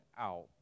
out